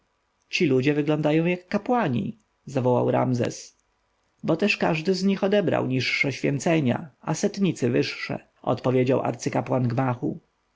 ci ludzie wyglądają jak kapłani zawołał ramzes bo też każdy z nich odebrał niższe święcenia a setnicy wyższe odpowiedział arcykapłan gmachu